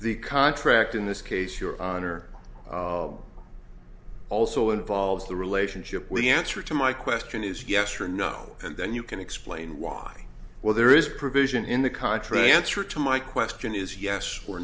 the contract in this case your honor also involves the relationship where the answer to my question is yes or no and then you can explain why well there is provision in the contrail answer to my question is yes or